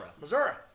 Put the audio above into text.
Missouri